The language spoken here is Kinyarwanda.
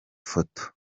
foto